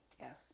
Yes